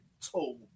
tool